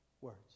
words